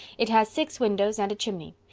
it has six windows and a chimney.